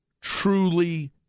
truly